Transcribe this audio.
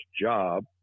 job